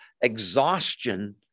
exhaustion